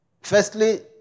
Firstly